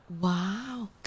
Wow